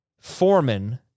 Foreman